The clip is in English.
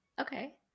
Okay